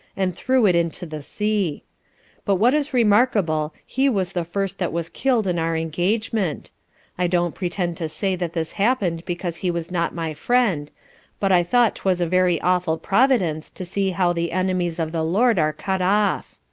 and threw it into the sea but what is remarkable he was the first that was killed in our engagement i don't pretend to say that this happen'd because he was not my friend but i thought twas a very awful providence to see how the enemies of the lord are cut off.